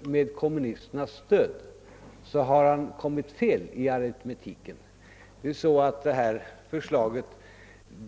med kommunisternas stöd, hade han kommit fel i aritmetiken.